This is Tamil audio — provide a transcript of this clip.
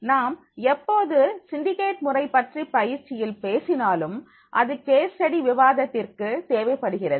நாம் எப்போது சிண்டிகேட் முறை பற்றி பயிற்சியில் பேசினாலும் அது கேஸ் ஸ்டடி விவாதத்திற்கு தேவைப்படுகிறது